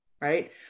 right